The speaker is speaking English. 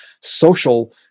social